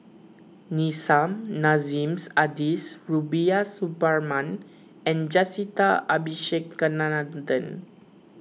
Nissim Nassim Adis Rubiah Suparman and Jacintha Abisheganaden